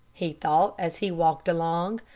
he thought, as he walked along.